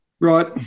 Right